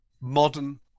modern